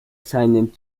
seinem